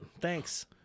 Thanks